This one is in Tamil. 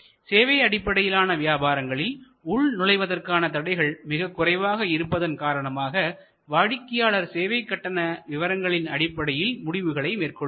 சேவை அடிப்படையிலான வியாபாரங்களில் உள்நுழைவதற்கான தடைகள் மிக குறைவாக இருப்பதன் காரணமாக வாடிக்கையாளர் சேவை கட்டண விவரங்களின் அடிப்படையில் முடிவுகளை மேற்கொள்கிறார்